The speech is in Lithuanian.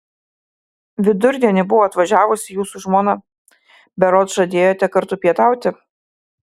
vidurdienį buvo atvažiavusi jūsų žmona berods žadėjote kartu pietauti